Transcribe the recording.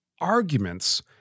arguments